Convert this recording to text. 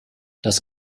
das